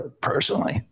personally